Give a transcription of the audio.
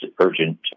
urgent